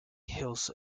hills